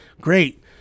Great